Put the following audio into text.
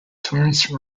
torrance